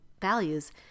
values